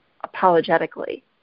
apologetically